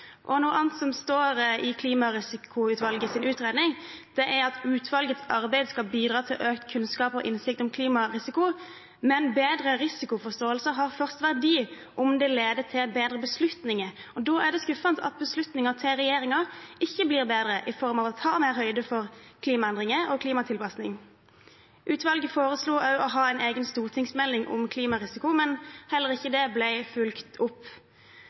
Noe annet som står i Klimarisikoutvalgets utredning, er: «Utvalgets arbeid skal bidra til økt kunnskap og innsikt om klimarisiko, men bedre risikoforståelse har først verdi om det leder til bedre beslutninger.» Da er det skuffende at beslutningene til regjeringen ikke blir bedre, i form av å ta mer høyde for klimaendringer og klimatilpasninger. Utvalget foreslo også å ha en egen stortingsmelding om klimarisiko, men heller ikke det ble fulgt opp.